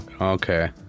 Okay